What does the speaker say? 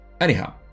Anyhow